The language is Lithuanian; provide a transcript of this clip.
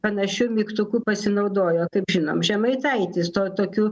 panašiu mygtuku pasinaudojo kaip žinom žemaitaitis tuo tokiu